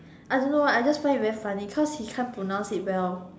I don't know I just find it very funny cause he can't pronounce it well